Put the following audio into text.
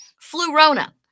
flu-rona